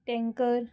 tanker